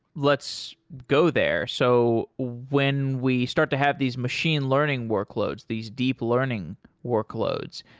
let's go there. so when we start to have these machine learning workloads, these deep learning workloads,